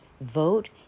vote